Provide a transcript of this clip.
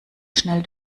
schnell